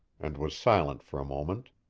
and was silent for a moment.